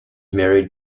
married